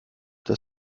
das